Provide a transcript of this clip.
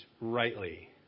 rightly